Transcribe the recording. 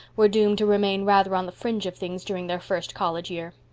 were doomed to remain rather on the fringe of things during their first college year.